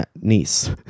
niece